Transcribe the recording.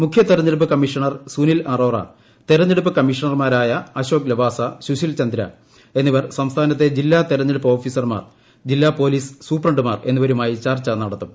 മുഖ്യ തെരഞ്ഞെടുപ്പ് കമ്മീഷണർ സുനിൽ അറോറ തെരഞ്ഞെടുപ്പ് കമ്മീഷണർമാരായ അശോക് ലവാസ സുശീൽ ചന്ദ്ര എന്നിവർ സംസ്ഥാനത്തെ ജില്ലാ തെരഞ്ഞെടുപ്പ് ഓഫീസർമാർ ജില്ലാ പൊലീസ് സൂപ്രണ്ടുമാർ എന്നിവരുമായി ചർച്ച നടത്തും